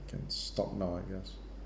can stop now I guess